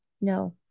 no